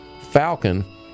Falcon